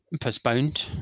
postponed